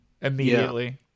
immediately